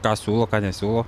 ką siūlo ką nesiūlo